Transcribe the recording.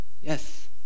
Yes